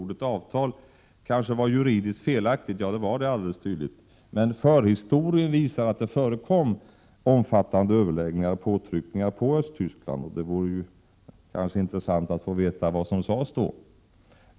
Ordet avtal var uppenbarligen juridiskt felaktigt, men förhistorien visar att det förekom omfattande överläggningar och påtryckningar mot Östtyskland. Det vore intressant att få veta vad som sades då.